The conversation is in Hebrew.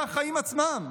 זה החיים עצמם,